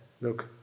Look